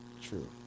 true